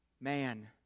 man